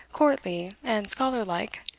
courtly, and scholar-like,